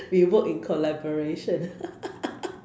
we work in collaboration